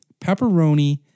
Pepperoni